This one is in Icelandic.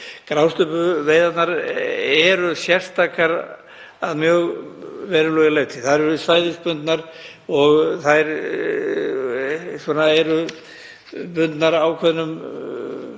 Grásleppuveiðarnar eru sérstakar að mjög verulegu leyti. Þar eru svæðisbundnar, þær eru bundnar ákveðnum